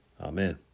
Amen